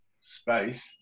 space